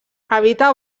habita